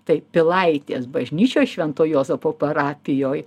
tai pilaitės bažnyčioj švento juozapo parapijoj